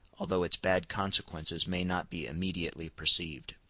although its bad consequences may not be immediately perceived.